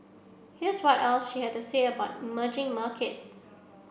here's what else she had to say about emerging markets